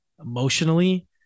emotionally